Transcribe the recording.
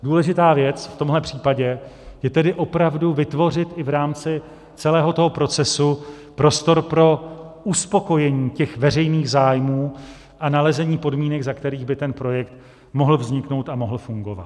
Důležitá věc v tomhle případě je tedy opravdu vytvořit i v rámci celého procesu prostor pro uspokojení veřejných zájmů a nalezení podmínek, za kterých by ten projekt mohl vzniknout a mohl fungovat.